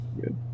Good